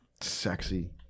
sexy